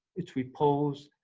its repose,